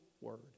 word